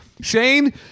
Shane